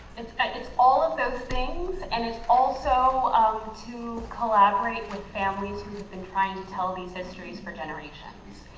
and and it's all of those things and it's also um to collaborate with families who have been trying to tell these histories for generations.